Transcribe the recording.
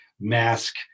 mask